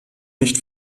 nicht